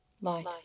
Light